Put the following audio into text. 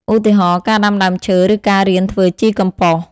ឧទាហរណ៍ ការដាំដើមឈើឬការរៀនធ្វើជីកំប៉ុស។